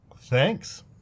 thanks